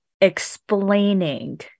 explaining